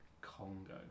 Congo